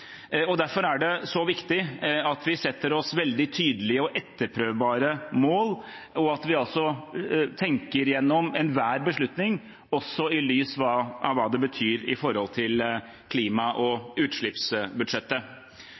Derfor er det så viktig at vi setter oss veldig tydelige og etterprøvbare mål, og at vi tenker gjennom enhver beslutning også i lys av hva det betyr for klima- og utslippsbudsjettet.